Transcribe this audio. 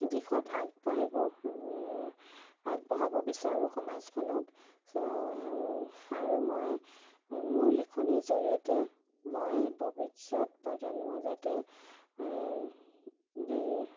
দিশত আগবাঢ়িব আগবঢ়াব বিচাৰোঁ সমাজখনক আৰু মই মোৰ লিখনীৰ জড়িয়তে মই ভৱিষ্যত প্ৰজন্ম যাতে